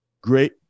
Great